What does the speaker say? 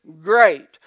great